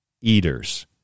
eaters